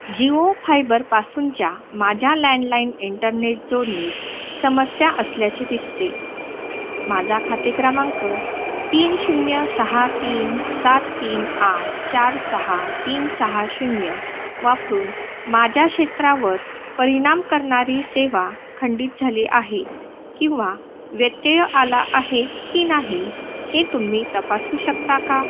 जिओ फायबरपासूनच्या माझ्या landline internet जोडणीत समस्या असल्याचे दिसते माझा खाते क्रमांक तीन शून्य सहा तीन सात तीन आठ चार सहा तीन सहा शून्य वापरून माझ्या क्षेत्रावर परिणाम करणारी सेवा खंडित झाली आहे किंवा व्यत्यय आला आहे की नाही हे तुम्ही तपासू शकता का